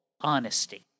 honesty